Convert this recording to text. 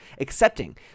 Accepting